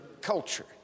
culture